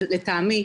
לטעמי,